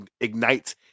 ignites